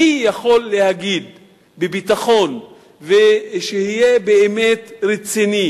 מי יכול להגיד בביטחון, ושיהיה באמת רציני